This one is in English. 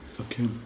Okay